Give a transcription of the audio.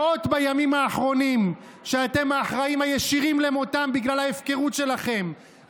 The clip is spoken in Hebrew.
מאות בימים האחרונים שאתם האחראים הישירים למותם בגלל ההפקרות שלכם,